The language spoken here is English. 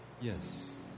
Yes